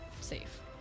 safe